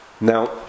Now